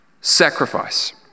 sacrifice